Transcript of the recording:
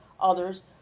others